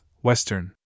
Western